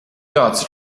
tāds